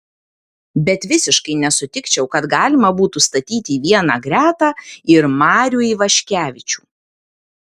bet visiškai nesutikčiau kad galima būtų statyti į vieną gretą ir marių ivaškevičių